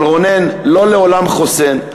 אבל, רונן, לא לעולם חוסן.